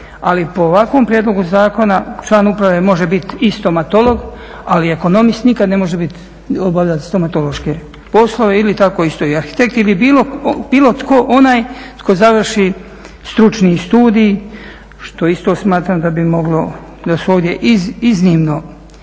ali po ovakvom prijedlogu zakona član uprave može biti i stomatolog, ali ekonomist nikada ne može obavljati stomatološke poslove ili tako isto i arhitekt ili bilo tko onaj tko završi stručni studij, što isto smatram da bi moglo … iznimno